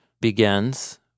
begins